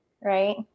Right